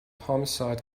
homicide